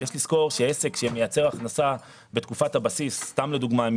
יש לזכור שעסק שמייצר הכנסה בתקופת הבסיס סתם לדוגמה עם